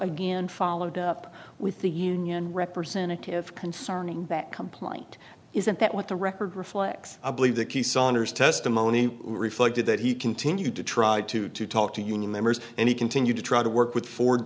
again followed up with the union representative concerning that complaint isn't that what the record reflects i believe the key saunders testimony reflected that he continued to try to talk to union members and he continued to try to work with ford